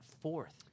fourth